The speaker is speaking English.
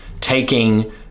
taking